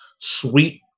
sweet